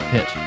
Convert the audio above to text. Hit